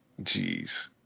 Jeez